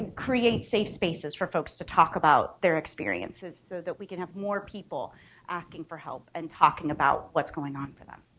create safe spaces for folks to talk about their experiences so that we can have more people asking for help and talking about what's going on for them.